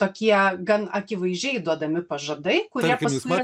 tokie gan akivaizdžiai duodami pažadai kurie paskui